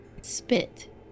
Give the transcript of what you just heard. Spit